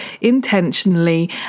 intentionally